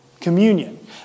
communion